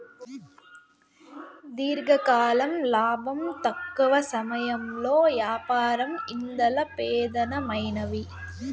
దీర్ఘకాలం లాబం, తక్కవ సమయంలో యాపారం ఇందల పెదానమైనవి